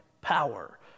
power